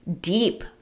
deep